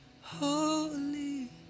holy